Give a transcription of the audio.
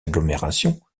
agglomérations